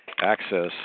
access